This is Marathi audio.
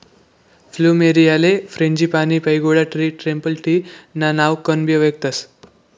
फ्लुमेरीयाले frangipani, pagoda tree, temple tree ना नावकनबी वयखतस